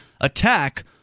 attack